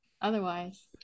otherwise